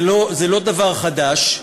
זה לא דבר חדש.